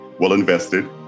well-invested